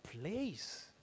place